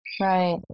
Right